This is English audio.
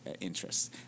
interests